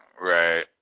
Right